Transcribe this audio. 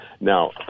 now